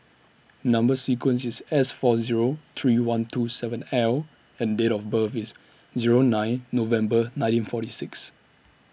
Number sequence IS S four Zero three one two seven L and Date of birth IS Zero nine November nineteen forty six